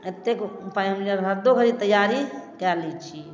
एतेक उपाय हमसब हदो घड़ी तैयारी कए लै छी